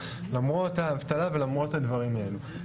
למרות האבטלה ולמרות הדברים האלה.